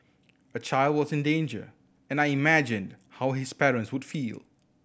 a child was in danger and I imagined how his parents would feel